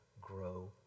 grow